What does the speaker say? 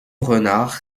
renard